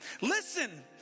Listen